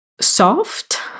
soft